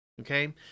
Okay